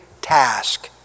task